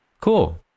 Cool